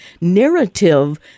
narrative